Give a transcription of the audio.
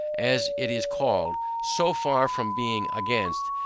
as it is called, so far from being against,